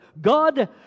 God